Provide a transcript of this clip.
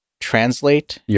translate